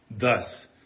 thus